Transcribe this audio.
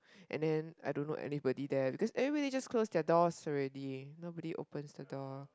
and then I don't know anybody there because everybody just close their doors already nobody opens the door